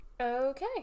Okay